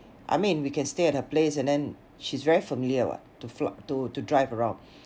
I mean we can stay at her place and then she's very familiar [what] to fl~ to to drive around